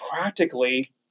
practically